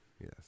Yes